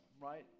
right